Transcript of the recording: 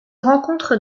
rencontre